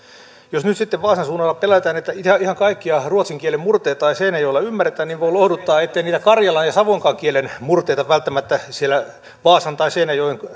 jos nyt sitten vaasan suunnalla pelätään että ihan ihan kaikkia ruotsin kielen murteita ei seinäjoella ymmärretä niin voin lohduttaa ettei niitä karjalan ja savon murteitakaan välttämättä siellä vaasan tai seinäjoen